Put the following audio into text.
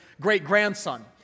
great-grandson